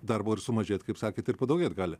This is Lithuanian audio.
darbo ir sumažėt kaip sakėt ir padaugėt gali